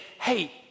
hey